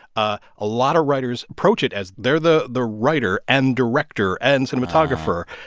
ah a lot of writers approach it as they're the the writer and director and cinematographer,